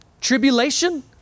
tribulation